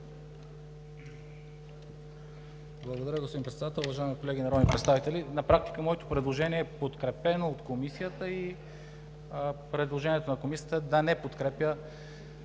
Благодаря, господин Председател. Уважаеми колеги народни представители, на практика моето предложение е подкрепено от Комисията и предложението на Комисията е да не се подкрепя